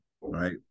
right